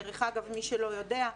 דרך אגב, מי שלא יודע,